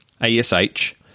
A-S-H